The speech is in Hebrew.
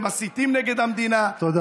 הם מסיתים נגד המדינה, תודה.